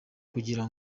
kugira